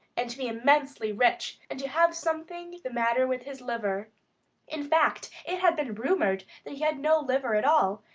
and to be immensely rich and to have something the matter with his liver in fact, it had been rumored that he had no liver at all,